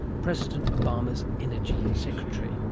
president obama's energy secretary